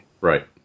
Right